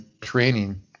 training